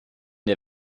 der